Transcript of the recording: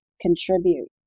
contribute